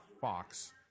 Fox